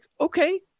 okay